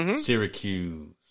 Syracuse